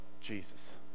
Jesus